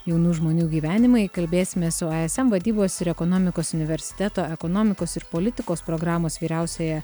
jaunų žmonių gyvenimai kalbėsimės su aiesem vadybos ir ekonomikos universiteto ekonomikos ir politikos programos vyriausiaja